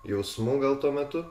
jausmų gal tuo metu